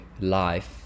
life